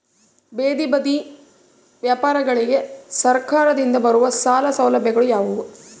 ಬೇದಿ ಬದಿ ವ್ಯಾಪಾರಗಳಿಗೆ ಸರಕಾರದಿಂದ ಬರುವ ಸಾಲ ಸೌಲಭ್ಯಗಳು ಯಾವುವು?